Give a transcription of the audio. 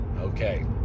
Okay